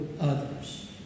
others